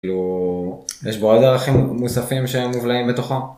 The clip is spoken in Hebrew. כאילו, יש בו עוד ערכים מוספים שהם מובלעים בתוכו?